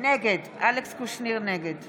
נגד יואב קיש, אינו נוכח גלעד קריב,